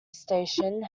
station